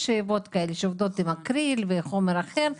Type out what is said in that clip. הן עובדות עם אקריל וחומר אחר.